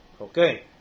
Okay